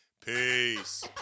Peace